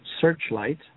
Searchlight